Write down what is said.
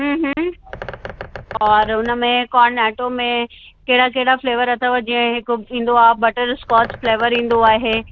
हम्म हम्म और हुन में कॉर्नेटो में कहिड़ा कहिड़ा फ़्लेवर अथव जीअं हिकु ईंदो आहे बटर स्कॉच फ़्लेवर ईंदो आहे